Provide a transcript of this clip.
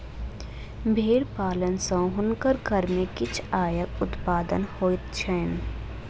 भेड़ पालन सॅ हुनकर घर में किछ आयक उत्पादन होइत छैन